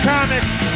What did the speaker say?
Comics